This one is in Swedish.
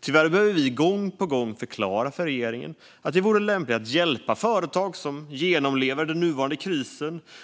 Tyvärr behöver vi gång på gång förklara för regeringen att det vore lämpligt att hjälpa företag som genomlever den nuvarande krisen.